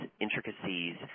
intricacies